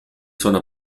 sono